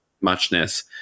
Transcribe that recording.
muchness